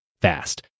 fast